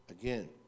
again